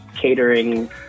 catering